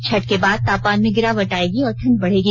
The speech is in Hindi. छठ के बाद तापमान में गिरावट आएगी और ठंड बढ़ेगी